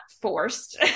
forced